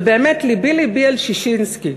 ובאמת לבי לבי על ששינסקי,